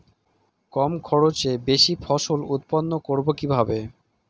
কম খরচে বেশি ফসল উৎপন্ন করব কিভাবে?